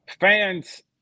fans